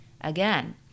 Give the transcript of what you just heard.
again